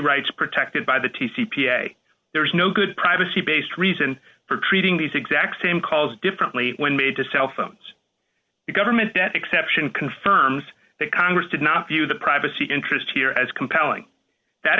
rights protected by the t c p a there's no good privacy based reason for treating these exact same calls differently when made to cell phones the government debt exception confirms that congress did not view the privacy interest here as compelling that